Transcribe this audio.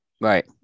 Right